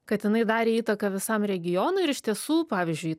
kad jinai darė įtaką visam regionui ir iš tiesų pavyzdžiui